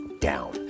down